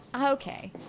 okay